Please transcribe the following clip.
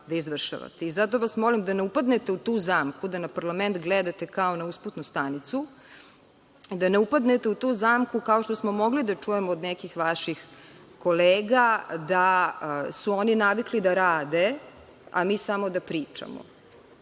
vas molim da ne upadnete u tu zamku da na parlament gledate kao na usputnu stanicu, da ne upadnete u tu zamku, kao što smo mogli da čujemo od nekih vaših kolega, da su oni navikli da rade a mi samo da pričamo.